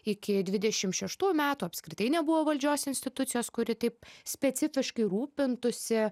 iki dvidešim šeštų metų apskritai nebuvo valdžios institucijos kuri taip specifiškai rūpintųsi